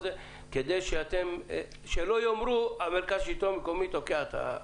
כדי שלא יאמר שמרכז השלטון המקומי תוקע את זה.